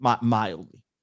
Mildly